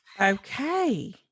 Okay